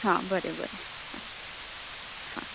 हां बरें बरें हा हा